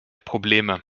probleme